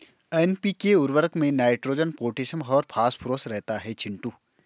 NPK उर्वरक में nitrogen potassium और फास्फोरस रहता है चिंटू